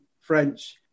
French